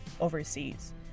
overseas